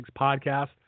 podcast